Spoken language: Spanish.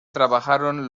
trabajaron